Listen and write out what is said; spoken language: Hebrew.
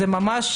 זו כבר ממש